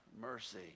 mercy